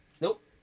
Nope